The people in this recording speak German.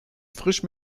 frisch